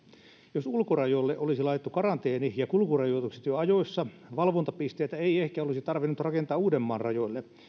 jos ulkorajoille olisi laitettu karanteeni ja kulkurajoitukset jo ajoissa valvontapisteitä ei ehkä olisi tarvinnut rakentaa uudenmaan rajoille